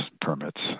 permits